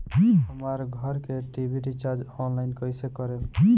हमार घर के टी.वी रीचार्ज ऑनलाइन कैसे करेम?